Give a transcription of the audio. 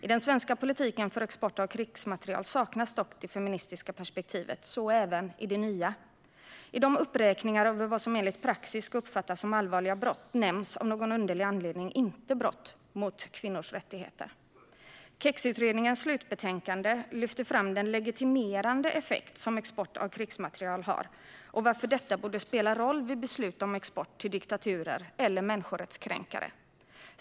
I den svenska politiken för export av krigsmateriel saknas dock det feministiska perspektivet - så även i regeringens nya förslag. I uppräkningen av vad som enligt praxis ska uppfattas som allvarliga brott nämns av någon underlig anledning inte brott mot kvinnors rättigheter. KEX-utredningens slutbetänkande lyfter fram den legitimerande effekt som export av krigsmateriel har och varför detta borde spela roll vid beslut om export till diktaturer eller människorättskränkare.